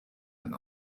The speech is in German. ein